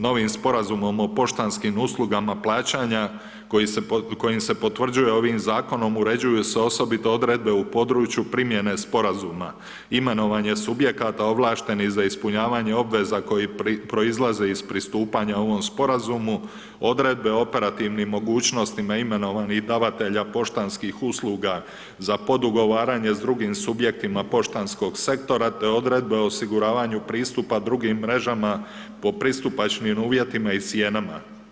Novim Sporazumom o poštanskim uslugama plaćanja kojim se potvrđuje ovim zakonom, uređuju se osobito odredbe u području primjene sporazuma, imenovanje subjekata ovlaštenih za ispunjavanje obveza koje proizlaze iz pristupanja ovom sporazumu, odredbe operativnim mogućnostima imenovanih davatelja poštanskih usluga za ... s drugim subjektima poštanskog sektora te odredbe o osiguravanju pristupa drugim mrežama po pristupačnim uvjetima i cijenama.